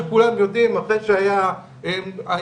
אני גם בחלק מהיישובים ראיתי את העבודה המשותפת של חברת החשמל עם הרשות